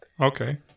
Okay